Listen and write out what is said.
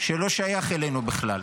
שלא שייך אלינו בכלל.